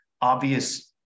obvious